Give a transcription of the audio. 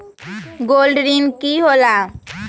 Gold ऋण की होला?